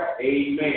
Amen